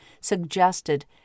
suggested